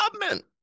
government